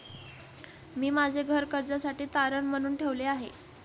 मी माझे घर कर्जासाठी तारण म्हणून ठेवले आहे